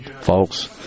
folks